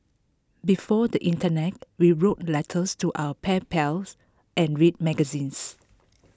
before the Internet we wrote letters to our pen pals and read magazines